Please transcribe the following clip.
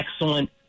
excellent